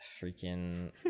freaking